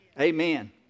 Amen